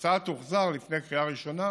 ההצעה תוחזר לפני קריאה ראשונה